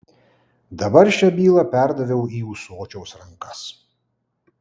dabar šią bylą perdaviau į ūsočiaus rankas